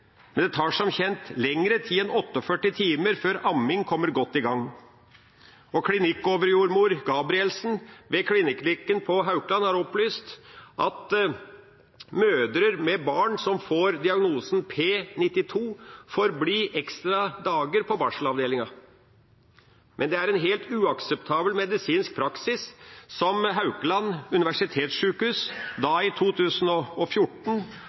Men det tar som kjent lengre tid enn 48 timar før amminga kjem godt i gang. Klinikkoverjordmor Gabrielsen opplyste i Dagsnytt 18 den 16.07. at mødre med born som får diagnosen P92, får bli nokon ekstra dagar på barselavdelinga. Men det er ein uakseptabel medisinsk praksis om Haukeland universitetssjukehus